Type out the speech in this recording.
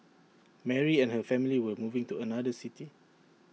Mary and her family were moving to another city